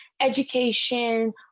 education